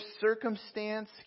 circumstance